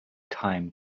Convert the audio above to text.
time